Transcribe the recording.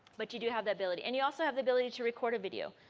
but you do have the ability and you also have the ability to record a video.